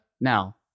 now